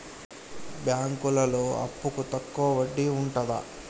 బ్యాంకులలో అప్పుకు తక్కువ వడ్డీ ఉంటదా?